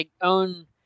own